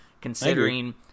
considering